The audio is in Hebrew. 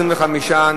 25,